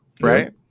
right